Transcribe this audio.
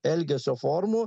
elgesio formų